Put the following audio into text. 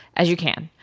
as you can.